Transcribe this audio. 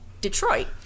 Detroit